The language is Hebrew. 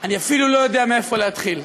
אני אפילו לא יודע מאיפה להתחיל.